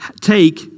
take